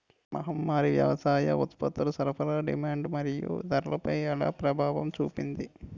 మహమ్మారి వ్యవసాయ ఉత్పత్తుల సరఫరా డిమాండ్ మరియు ధరలపై ఎలా ప్రభావం చూపింది?